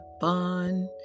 fun